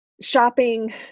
shopping